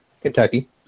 Kentucky